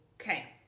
Okay